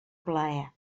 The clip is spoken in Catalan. plaer